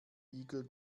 igel